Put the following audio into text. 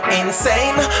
insane